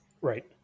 Right